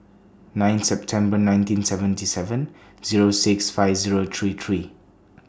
nine September nineteen seventy seven Zero six five Zero three three